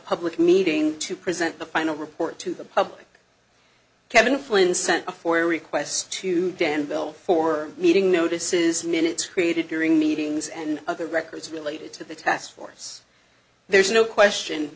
public meeting to present the final report to the public kevin flynn sent a four request to danville for meeting notices minutes created during meetings and other records related to the task force there's no question